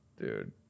Dude